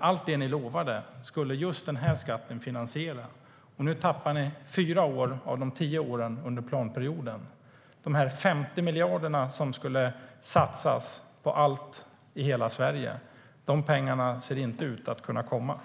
Allt det ni lovade skulle ju just den här skatten finansiera. Nu tappar ni fyra år av de tio åren under planperioden. De 50 miljarder som skulle satsas på allt i hela Sverige ser inte ut att kunna komma.